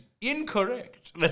incorrect